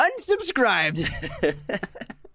Unsubscribed